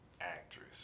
actress